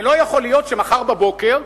ולא יכול להיות שמחר בבוקר,